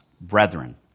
brethren